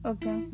Okay